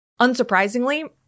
Unsurprisingly